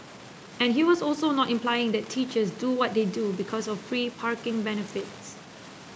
and he was also not implying that teachers do what they do because of free parking benefits